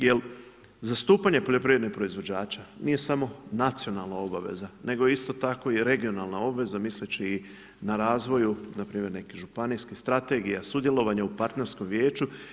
Jer zastupanje poljoprivrednih proizvođača nije samo nacionalna obaveza nego isto tako i regionalna obaveza misleći na razvoju npr. nekih županijskih strategija, sudjelovanje u partnerskom vijeću.